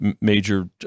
major